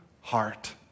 heart